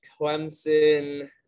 Clemson